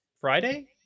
Friday